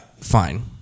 Fine